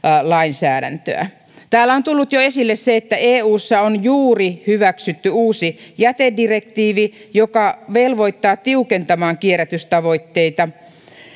lainsäädäntöä täällä on jo tullut esille se että eussa on juuri hyväksytty uusi jätedirektiivi joka velvoittaa tiukentamaan kierrätystavoitteita